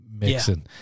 mixing